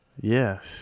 Yes